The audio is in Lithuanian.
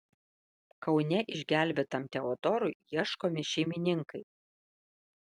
kaune išgelbėtam teodorui ieškomi šeimininkai